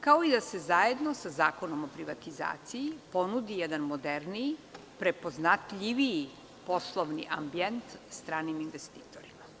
kao i da se zajedno sa Zakonom o privatizaciji ponudi jedan moderniji, prepoznatljiviji poslovni ambijent stranim investitorima.